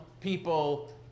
people